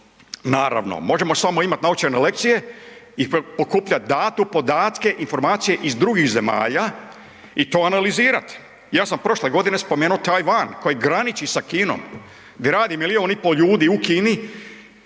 Naravno, možemo samo imat naučene lekcije i prikupljati datu, podatke, informacije iz drugih zemalja i to analizirat. Ja sam prošle godine spomenuo Tajvan koji graniči sa Kinom. Grad je milijun i pol ljudi u Kini,